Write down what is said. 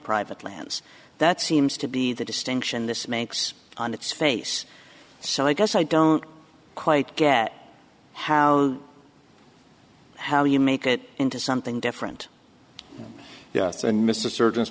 private lands that seems to be the distinction this makes on its face so i guess i don't quite get how how you make it into something different yes and mr surgeons